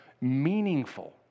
meaningful